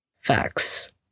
Facts